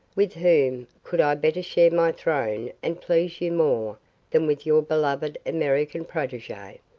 with whom could i better share my throne and please you more than with your beloved american protege.